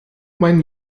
mein